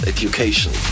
Education